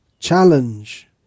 challenge